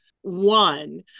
one